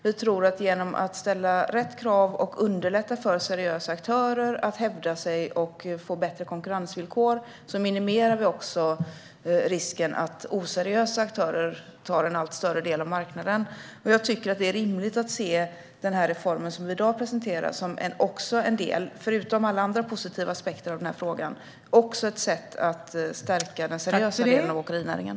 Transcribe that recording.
Vi tror att vi genom att ställa rätt krav och underlätta för seriösa aktörer att hävda sig och få bättre konkurrensvillkor minimerar risken att oseriösa aktörer tar en allt större del av marknaden. Jag tycker också att det är rimligt att se den reform vi i dag presenterar som ett sätt - förutom alla andra positiva aspekter av frågan - att stärka den seriösa delen av åkerinäringen.